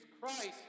Christ